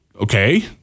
Okay